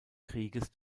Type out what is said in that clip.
krieges